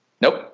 Nope